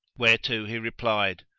whereto he replied,